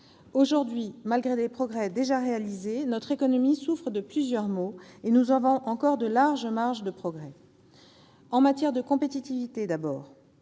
aujourd'hui, malgré les progrès déjà réalisés, notre économie souffre de plusieurs maux, et nous avons encore de larges marges de progrès. C'est le cas en matière de compétitivité :